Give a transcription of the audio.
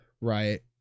right